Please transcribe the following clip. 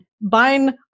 buying